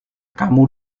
kamu